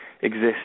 exist